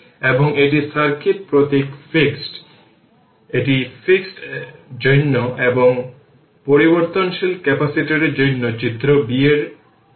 এবং এটি সার্কিট প্রতীক ফিক্সড এটি ফিক্সড জন্য এবং এটি পরিবর্তনশীল ক্যাপাসিটরের জন্য চিত্র b এর জন্য